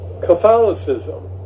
Catholicism